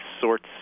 sorts